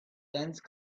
dense